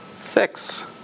six